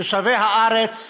תושבי הארץ